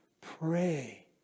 pray